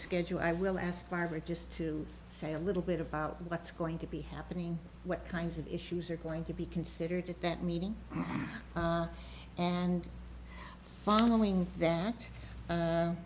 schedule i will ask barbara just to say a little bit about what's going to be happening what kinds of issues are going to be considered at that meeting and following that